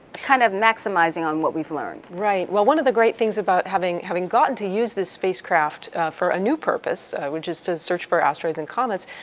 kind of maximizing on what we've learned. right, well one of the great things about having having gotten to use this spacecraft for a new purpose, which is to search for asteroids and comets,